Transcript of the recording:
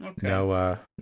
No